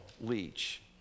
leech